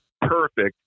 perfect